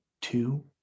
two